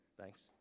Thanks